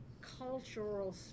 cultural